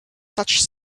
such